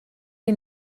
die